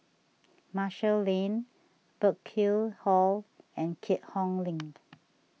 Marshall Lane Burkill Hall and Keat Hong Link